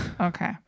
okay